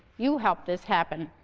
you helped this happen